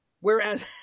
Whereas